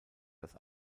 das